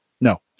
No